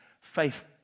Faith